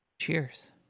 Cheers